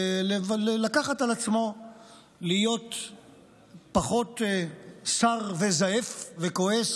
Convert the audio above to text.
לקחת על עצמו להיות פחות סר וזעף וכועס